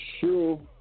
Sure